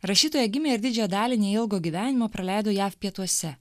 rašytoja gimė ir didžiąją dalį neilgo gyvenimo praleido jav pietuose